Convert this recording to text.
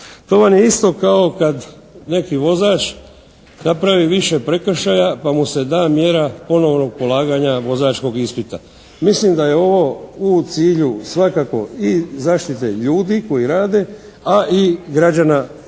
To vam je isto kao kad neki vozač napravi više prekršaja pa mu se da mjera ponovnog polaganja vozačkog ispita. Mislim da je ovo u cilju svakako i zaštite ljudi koji rade, a i građana koji